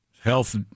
health